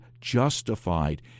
justified